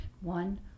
One